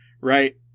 right